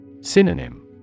Synonym